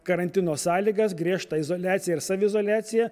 karantino sąlygas griežtą izoliaciją ir saviizoliaciją